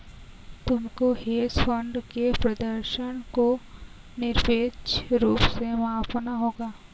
तुमको hedge fund के प्रदर्शन को निरपेक्ष रूप से मापना होगा